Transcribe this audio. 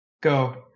go